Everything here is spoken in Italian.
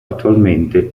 attualmente